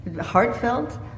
heartfelt